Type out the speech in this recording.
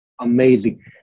amazing